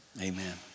amen